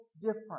different